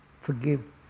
Forgive